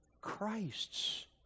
Christs